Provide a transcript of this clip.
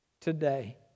today